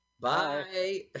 Bye